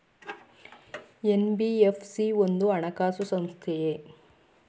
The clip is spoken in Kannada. ಎನ್.ಬಿ.ಎಫ್.ಸಿ ಒಂದು ಹಣಕಾಸು ಸಂಸ್ಥೆಯೇ?